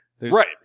Right